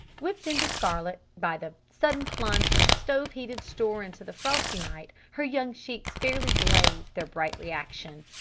whipped into scarlet by the sudden plunge from a stove-heated store into the frosty night her young cheeks fairly blazed their bright reaction.